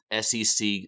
SEC